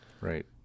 right